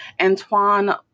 Antoine